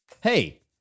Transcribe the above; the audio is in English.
Hey